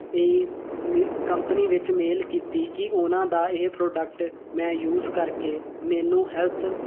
ਏ ਮੇ ਕੰਪਨੀ ਵਿੱਚ ਮੇਲ ਕੀਤੀ ਕਿ ਉਹਨਾਂ ਦਾ ਇਹ ਪ੍ਰੋਡਕਟ ਮੈਂ ਯੂਜ਼ ਕਰਕੇ ਮੈਨੂੰ ਹੈਲਥ